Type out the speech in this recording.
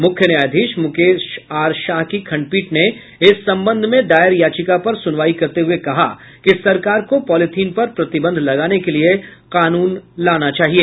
मुख्य न्यायाधीश मुकेश आर शाह की खंडपीठ ने इस संबंध में दायर याचिका पर सुनवाई करते हुए कहा कि सरकार को पॉलीथीन पर प्रतिबंध लगाने के लिये कानून लाना चाहिए